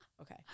Okay